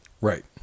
Right